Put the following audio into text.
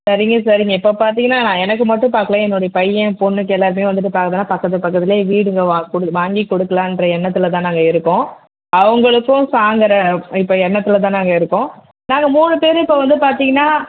சரிங்க சரிங்க இப்போ பார்த்தீங்கன்னா நான் எனக்கு மட்டும் பார்க்கல என்னுடைய பையன் பொண்ணுக்கு எல்லோருக்குமே வந்துட்டு பார்க்குறேன் பக்கத்து பக்கத்தில் வீடுங்க வா கொடு வாங்கி கொடுக்கலான்ற எண்ணத்தில்தான் நாங்கள் இருக்கோம் அவங்களுக்கும் வாங்குற இப்போ எண்ணத்தில்தான் நாங்கள் இருக்கோம் நாங்கள் மூணு பேரும் இப்போ வந்து பார்த்தீங்கன்னா